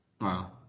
Wow